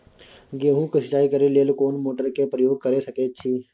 गेहूं के सिंचाई करे लेल कोन मोटर के प्रयोग कैर सकेत छी?